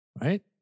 Right